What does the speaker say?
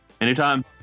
Anytime